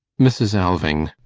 mrs. alving.